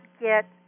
get